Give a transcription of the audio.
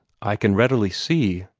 i can readily see,